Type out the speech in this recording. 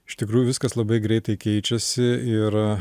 iš tikrųjų viskas labai greitai keičiasi ir